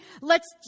lets